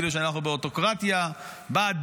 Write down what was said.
כאילו